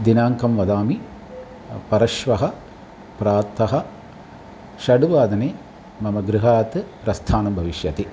दिनाङ्कं वदामि परश्वः प्रातः षड् वादने मम गृहात् प्रस्थानं भविष्यति